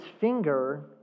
finger